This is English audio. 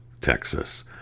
Texas